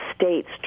states